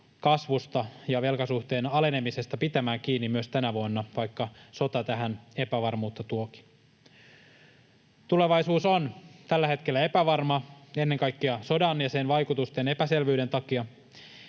kasvusta ja velkasuhteen alenemisesta pitämään kiinni myös tänä vuonna, vaikka sota tähän epävarmuutta tuokin. Tulevaisuus on tällä hetkellä epävarma ennen kaikkea sodan ja sen vaikutusten epäselvyyden takia.